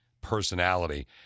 personality